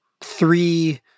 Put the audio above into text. three